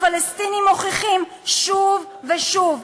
הפלסטינים מוכיחים שוב ושוב,